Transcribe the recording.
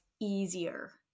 easier